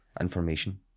information